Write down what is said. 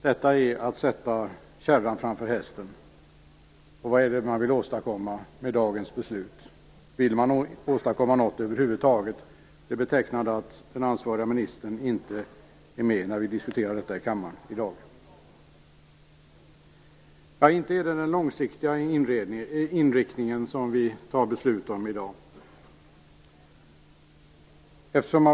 Detta är att sätta kärran framför hästen. Vad är det man vill åstadkomma med dagens beslut? Vill man åstadkomma något över huvud taget? Det är betecknande att den ansvariga ministern inte är med när vi i dag diskuterar detta i kammaren. Ja, inte är det den långsiktiga inriktningen som vi skall ta beslut om i dag.